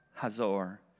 Hazor